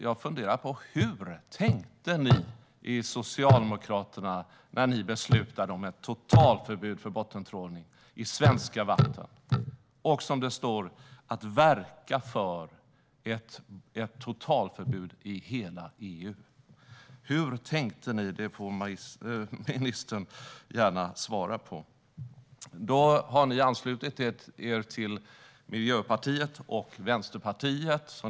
Jag funderar på hur ni i Socialdemokraterna tänkte när ni beslutade om ett totalförbud mot bottentrålning i svenska vatten. Ni skriver att ni vill verka för ett totalförbud i hela EU. Hur tänkte ni? Det får ministern gärna svara på. Då har ni anslutit er till Miljöpartiet och Vänsterpartiet.